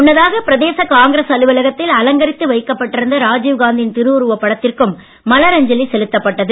முன்னதாக பிரதேச காங்கிரஸ் அலுவலகத்தில் அலங்கரித்து வைக்கப்பட்டிருந்த ராஜீவ் காந்தியின் திருவுருவப் படத்திற்கும் மலரஞ்சலி செலுத்தப்பட்டது